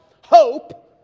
hope